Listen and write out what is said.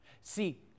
See